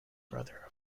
brother